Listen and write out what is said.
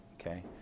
Okay